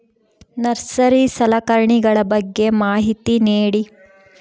Nursery ಸಲಕರಣೆಗಳ ಬಗ್ಗೆ ಮಾಹಿತಿ ನೇಡಿ?